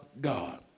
God